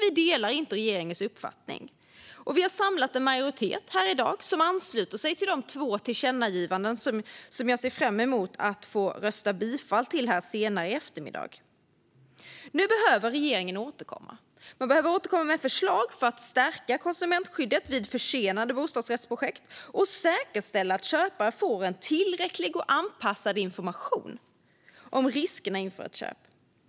Vi delar inte regeringens uppfattning. Vi har samlat en majoritet här i dag som ansluter sig till de två förslag till tillkännagivanden som jag ser fram emot att få rösta ja till här senare i eftermiddag. Nu behöver regeringen återkomma. Den behöver återkomma med förslag för att stärka konsumentskyddet vid försenade bostadsrättsprojekt och säkerställa att köpare får en tillräcklig och anpassad information om riskerna inför ett köp.